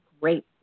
great